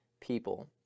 people